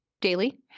daily